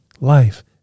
life